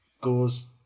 goes